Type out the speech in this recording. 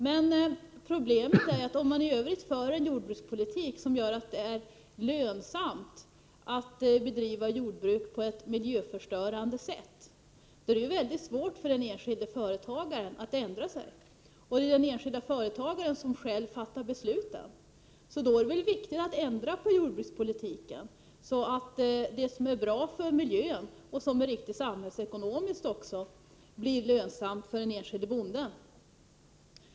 Men om man i Övrigt för en sådan jordbrukspolitik som gör att det är lönsamt att bedriva jordbruk på ett miljöförstörande sätt, blir det mycket svårt för den enskilde företagaren att ändra sig. Det är ju den enskilde företagaren som själv fattar beslut. Därför måste det vara viktigt att jordbrukspolitiken förändras. Det handlar ju inte bara om att saker och ting skall vara bra för miljön och samhällsekonomiskt riktiga, utan det handlar också om lönsamheten för den enskilde bonden.